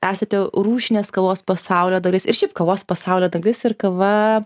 esate rūšinės kavos pasaulio dalis ir šiaip kavos pasaulio dalis ir kava